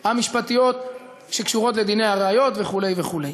המשפטיות שקשורות לדיני הראיות, וכו' וכו'.